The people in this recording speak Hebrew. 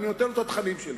ואני נותן לו את התכנים שלי.